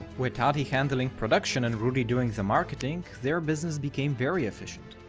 with adi handling production and rudi doing the marketing, their business became very efficient.